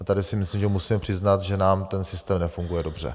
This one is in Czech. A tady si myslím, že musíme přiznat, že nám ten systém nefunguje dobře.